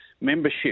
membership